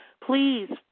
please